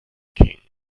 king